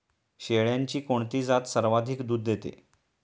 शेळ्यांची कोणती जात सर्वाधिक दूध देते?